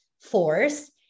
force